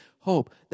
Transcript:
Hope